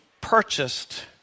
purchased